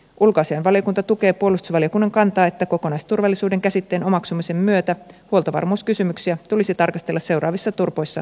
ulkoasiainvaliokunta tukee puolustusvaliokunnan kantaa että kokonaisturvallisuuden käsitteen omaksumisen myötä huoltovarmuuskysymyksiä tulisi tarkastella seuraavissa turpoissa perusteellisemmin